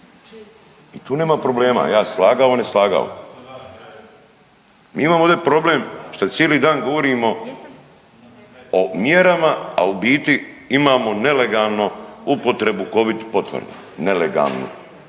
HS to je čl. 17. ja se slagao ili ne slagao. Mi imamo ovdje problem što cijeli dan govorimo o mjerama, a u biti imamo nelegalnu upotrebu covid potvrda nelegalnu.